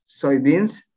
soybeans